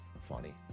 funny